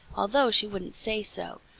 although she wouldn't say so.